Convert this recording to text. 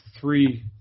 three